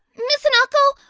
miss hinako?